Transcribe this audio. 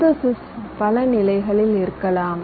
synthesis பல நிலைகளில் இருக்கலாம்